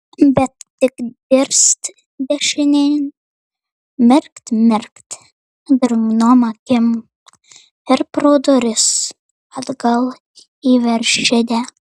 bet tik dirst dešinėn mirkt mirkt drungnom akim ir pro duris atgal į veršidę